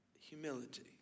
humility